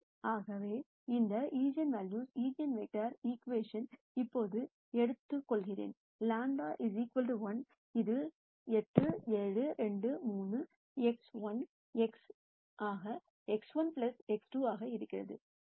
ஆகவே இந்த eigenvalues eigenvector equation இப்போது எடுத்துக்கொள்கிறேன் λ 1 இது 8 7 2 3 X1 x ஆக X1 X2 ஆகிறது